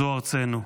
זו ארצנו,